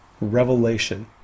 revelation